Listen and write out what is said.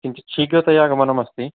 किञ्चित् शीघ्रतया गमनम् अस्ति